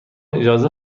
اجازه